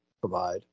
provide